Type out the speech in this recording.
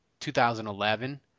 2011